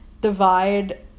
divide